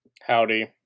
Howdy